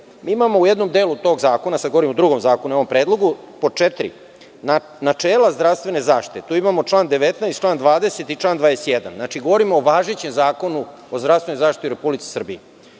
imamo u jednom delu tog zakona, sada govorim o drugom zakonu, ovom predlogu, po četiri načela zdravstvene zaštite, imamo član 19, član 20. i član 21. Znači, govorim o važećem zakonu o zdravstvenoj zaštiti u Republici Srbiji. Imamo